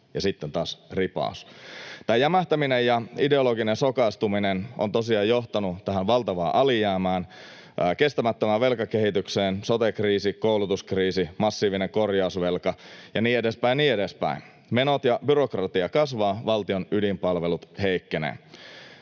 ja sitten taas ripaus. Tämä jämähtäminen ja ideologinen sokaistuminen on tosiaan johtanut tähän valtavaan alijäämään, kestämättömään velkakehitykseen, sote-kriisiin, koulutuskriisiin, massiiviseen korjausvelkaan ja niin edespäin ja niin edespäin. Menot ja byrokratia kasvavat, valtion ydinpalvelut heikkenevät.